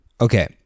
Okay